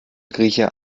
grieche